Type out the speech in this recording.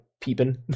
peeping